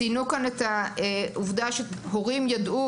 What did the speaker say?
ציינו כאן את העובדה שהורים ידעו,